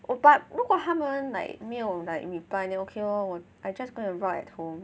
我 but 如果他们 like 没有 like reply then ok lor 我 I'm just going to rot at home